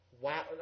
wow